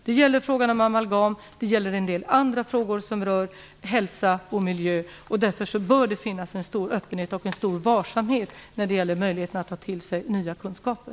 Det gäller frågan om amalgam och det gäller en del andra frågor som rör hälsa och miljö. Därför bör det finnas en stor öppenhet och en stor varsamhet när det gäller möjligheten att ta till sig nya kunskaper.